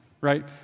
Right